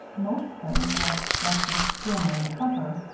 most things, like breakfast, dinner, and supper,